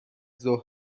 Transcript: ظهر